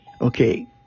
Okay